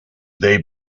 they